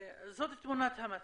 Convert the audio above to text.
זאת תמונת המצב.